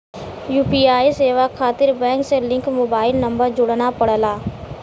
UPI सेवा खातिर bank से लिंक मोबाइल नंबर जोड़ना पड़ला